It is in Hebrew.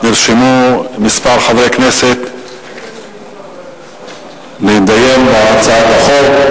נרשמו כמה מחברי כנסת להתדיין בהצעת החוק.